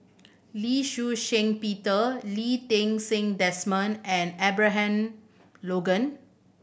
Lee Shih Shiong Peter Lee Ti Seng Desmond and Abraham Logan